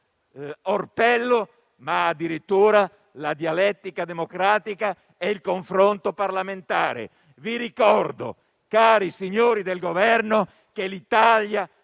ma addirittura la dialettica democratica e il confronto parlamentare. Vi ricordo, cari signori del Governo, che l'Italia